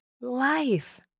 life